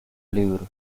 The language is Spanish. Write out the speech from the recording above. libro